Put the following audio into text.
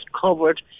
covered